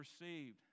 received